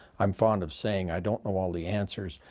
i'm fond of saying, i don't know all the answers.